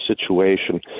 situation